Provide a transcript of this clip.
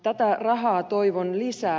tätä rahaa toivon lisää